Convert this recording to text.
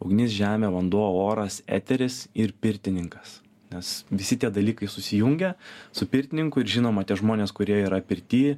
ugnis žemė vanduo oras eteris ir pirtininkas nes visi tie dalykai susijungia su pirtininku ir žinoma tie žmonės kurie yra pirty